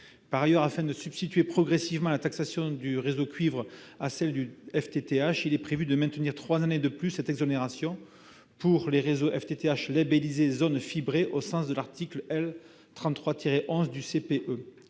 Par ailleurs, afin de substituer progressivement la taxation des réseaux cuivre à celle des réseaux FTTH, il est prévu de maintenir trois années de plus cette exonération pour les réseaux FTTH labellisés « zones fibrées » au sens de l'article L. 33-11 du code